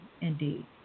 indeed